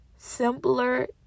Simpler